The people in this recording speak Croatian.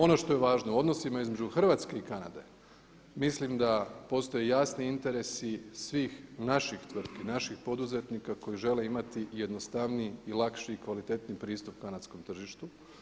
Ono što je važno u odnosima između Hrvatske i Kanade mislim da postoje jasni interesi svih naših tvrtki, naših poduzetnika koji žele imati jednostavniji, lakši i kvalitetniji pristup kanadskom tržištu.